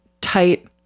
tight